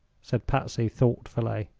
said patsy, thoughtfully.